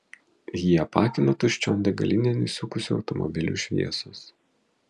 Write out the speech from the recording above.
jį apakino tuščion degalinėn įsukusių automobilių šviesos